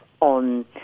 on